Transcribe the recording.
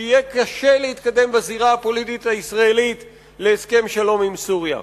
שיהיה קשה להתקדם בזירה הפוליטית הישראלית להסכם שלום עם סוריה.